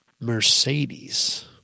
Mercedes